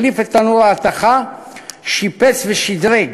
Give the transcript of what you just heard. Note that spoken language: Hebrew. החליף את תנור ההתכה ושיפץ ושדרג